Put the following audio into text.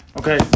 Okay